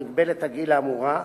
מגבלת הגיל האמורה,